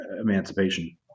emancipation